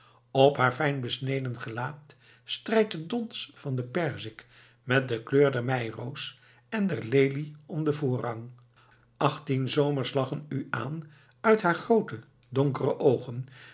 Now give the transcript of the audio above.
op haar fijn besneden gelaat strijdt het dons van de perzik met de kleur der meiroos en der lelie om den voorrang achttien zomers lachen u aan uit haar groote donkere oogen